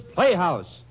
Playhouse